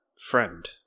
friend